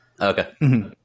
Okay